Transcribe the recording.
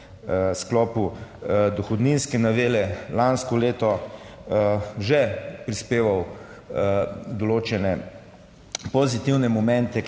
sklopu dohodninske novele lansko leto, že prispeval določene pozitivne momente